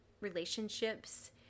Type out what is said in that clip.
relationships